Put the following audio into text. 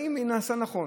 האם היא נעשית נכון.